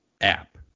app